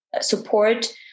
support